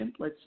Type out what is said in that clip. templates